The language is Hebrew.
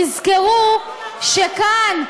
תזכרו שכאן,